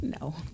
No